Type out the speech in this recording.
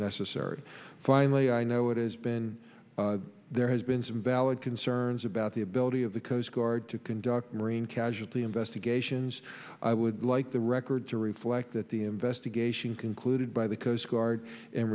necessary finally i know it has been there has been some valid concerns about the ability of the coast guard to conduct marine casualty investigations i would like the record to reflect that the investigation concluded by the coast guard in